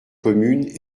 communes